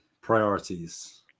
priorities